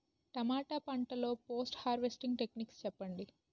టమాటా పంట లొ post harvesting techniques చెప్పండి?